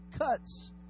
cuts